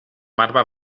marbre